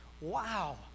wow